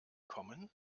kommen